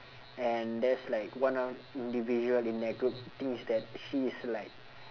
and there's like one of individual in that group thinks that she's like